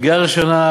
שגיאה ראשונה,